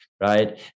Right